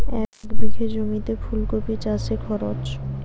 এক বিঘে জমিতে ফুলকপি চাষে খরচ?